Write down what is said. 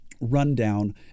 rundown